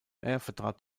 vertrat